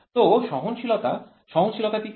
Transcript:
তো সহনশীলতা সহনশীলতাটি কী